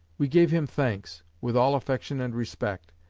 we gave him thanks, with all affection and respect,